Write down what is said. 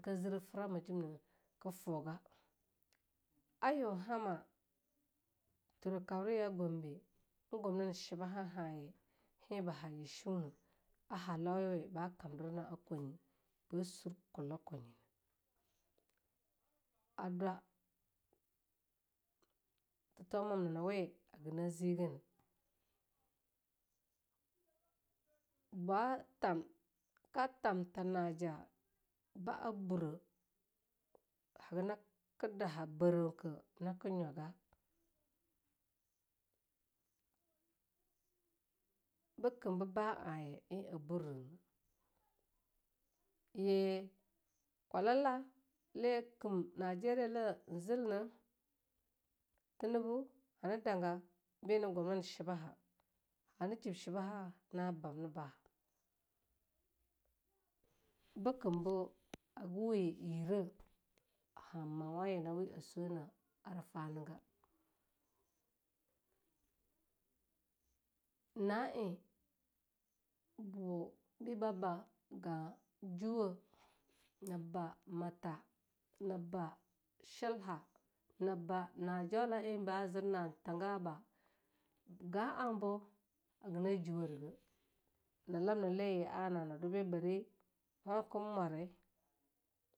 Kazurfa mujemo kafoga a yun hama turah kabriya Gombe en gumnin shiba hahaye hea ba ha yishu nah halau yuwi ba kamdirna'a kwanyi na, ba surkwa kwanyina, a dwa titau mamna nyina wi haga na zi gana. batam, ka tham ta naja'a ba'a bura haga nuka daha barauke naka nyawga, bikam ba'a ye eh a burrina, ye kwalala yi kim Nigeria la zil na, Tinubu hana danga bi na gumnin shibaha, hana jib shibaha na bab ni ba, bikam bu haga wi yire han mawa yina wi a sweh na ara fanaga. na eh bu biba ba ga'a juwe'a nab ba mata nab ba shilha, naba ba na jola ehba zir na thonga ba, ga'a bo haga na juwari ga, na lamna li gi ana ba bari hokin mwari.